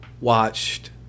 watched